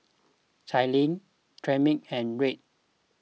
Cailyn Tremaine and Red